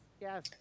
yes